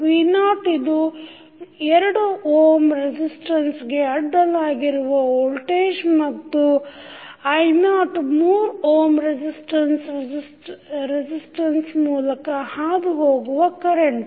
v0 ಇದು 2 ohm ರೆಜಿಸ್ಟನ್ಸಗೆ ಅಡ್ಡಲಾಗಿರುವ ವೋಲ್ಟೇಜ್ ಮತ್ತು i0 3 ohm ರೆಜಿಸ್ಥನ್ಸ resistance ಮೂಲಕ ಹಾದು ಹೋಗುವ ಕರೆಂಟ್